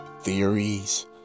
theories